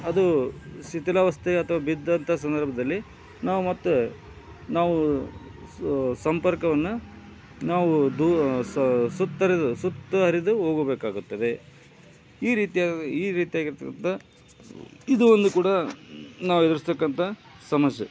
ಅದು ಶಿಥಿಲಾವಸ್ಥೆ ಅಥವಾ ಬಿದ್ದಂಥ ಸಂದರ್ಭದಲ್ಲಿ ನಾವು ಮತ್ತೆ ನಾವು ಸಂಪರ್ಕವನ್ನು ನಾವು ದೂ ಸ ಸುತ್ತರೆದು ಸುತ್ತ ಅರೆದು ಹೋಗಬೇಕಾಗುತ್ತದೆ ಈ ರೀತಿಯಾಗಿ ಈ ರೀತಿಯಾಗಿರತಕ್ಕಂಥ ಇದು ಒಂದು ಕೂಡ ನಾವು ಎದುರಿಸ್ತಕ್ಕಂಥ ಸಮಸ್ಯೆ